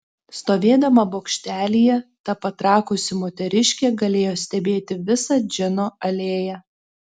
stovėdama bokštelyje ta patrakusi moteriškė galėjo stebėti visą džino alėją